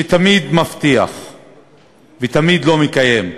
שתמיד מבטיח ותמיד לא מקיים.